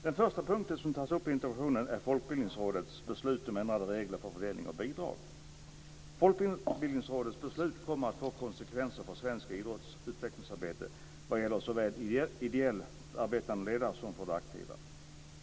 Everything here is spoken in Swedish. Den första punkten, som tas upp i interpellationen, är Folkbildningsrådets beslut om ändrade regler för fördelning av bidrag. Folkbildningsrådets beslut kommer att få konsekvenser för svensk idrotts utvecklingsarbete vad gäller såväl ideellt arbetande ledare som de aktiva.